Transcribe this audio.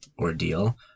ordeal